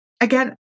again